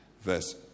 verse